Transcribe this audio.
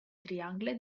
triangle